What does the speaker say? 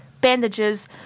bandages